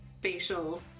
facial